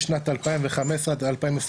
משנת 2015 עד 2021,